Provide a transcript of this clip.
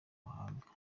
mahanga